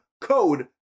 code